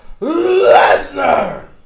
Lesnar